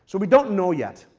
so we don't know yet.